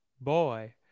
boy